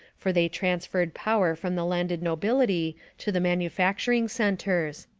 for they transferred power from the landed nobility to the manufacturing centers.